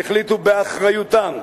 שהחליטו באחריותם,